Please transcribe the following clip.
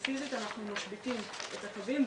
פיזית אנחנו משביתים את הקווים.